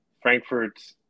Frankfurt